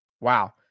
Wow